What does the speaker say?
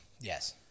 Yes